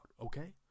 Okay